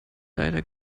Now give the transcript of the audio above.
leider